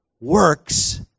works